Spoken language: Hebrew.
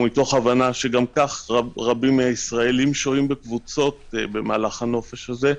מתוך הבנה שגם כך רבים מן הישראלים שוהים בקבוצות במהלך הנופש הזה,